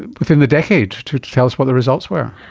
within the decade to tell us what the results were.